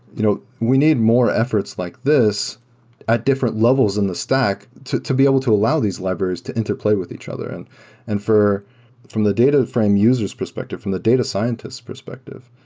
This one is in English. you know we need more efforts like this at different levels in the stack to to be able to allow these levers to interplay with each other. and and from the data frame user s perspective, from the data scientist's perspective,